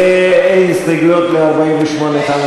ואין הסתייגויות ל-48(1),